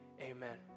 amen